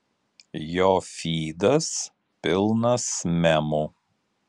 jo fydas pilnas memų